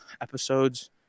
episodes